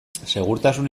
segurtasun